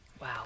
Wow